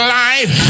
life